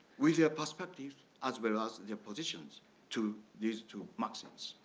with your perspective, as well as your position s to these two muslims.